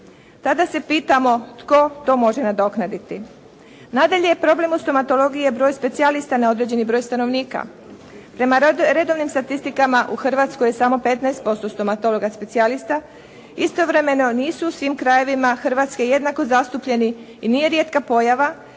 Tada se pitamo tko to može nadoknaditi? Nadalje problem u stomatologiji je broj specijalista na određeni broj stanovnika. Prema redovnim statistikama u Hrvatskoj je samo 15% stomatologa specijalista. Istovremeno nisu u svim krajevima Hrvatske jednako zastupljeni i nije rijetka pojava